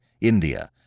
India